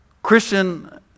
Christian